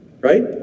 Right